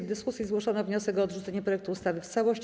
W dyskusji zgłoszono wniosek o odrzucenie projektu ustawy w całości.